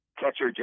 Catcher